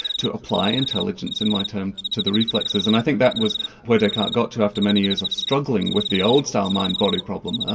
to apply intelligence in my terms, to the reflexes. and i think that was where descartes got to after many years of struggling with the old-style mind-body problem,